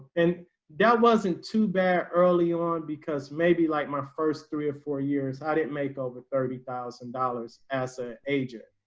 and that wasn't too bad early on, because maybe like my first three or four years, i didn't make over thirty thousand dollars assets. agent,